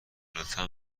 لطفا